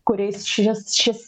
kuriais šis šis